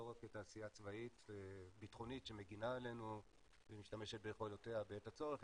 לא רק כתעשייה צבאית שמגנה עלינו ומשתמשת ביכולותיה בעת הצורך,